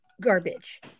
garbage